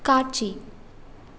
காட்சி